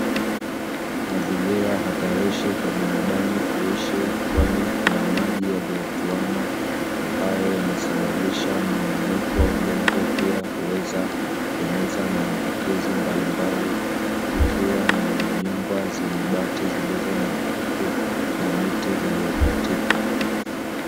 Mazingira hatarishi kwa binadamu kuishi, kwani kuna maji yaliyotuama ambayo yanasababisha mmomonyoko wa udongo; pia hunaweza eneza maambukizi mbalimbali, kukiwa nyumba zilizo na bati zenye kutu, na miti iliyokatika.